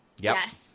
yes